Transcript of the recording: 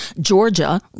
Georgia